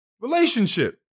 relationship